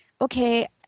okay